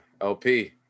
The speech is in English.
LP